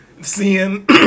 seeing